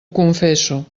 confesso